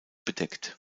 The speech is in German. bedeckt